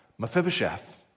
Mephibosheth